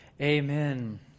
Amen